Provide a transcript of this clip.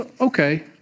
Okay